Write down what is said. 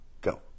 go